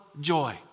joy